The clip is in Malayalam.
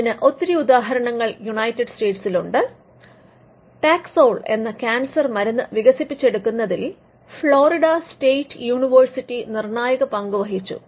അതിന് ഒത്തിരി ഉദാഹരണങ്ങൾ യുണൈറ്റഡ് സ്റ്റേസിലുണ്ട് ടാക്സോൾ എന്ന ക്യാൻസർ മരുന്ന് വികസിപ്പിച്ചെടുക്കുന്നതിൽ ഫ്ലോറിഡ സ്റ്റേറ്റ് യൂണിവേഴ്സിറ്റി നിർണ്ണായക പങ്കുവഹിച്ചു